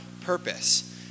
purpose